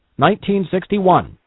1961